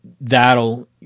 that'll